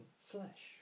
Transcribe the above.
flesh